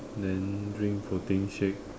then drink protein shake